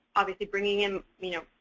obviously bringing in, you know,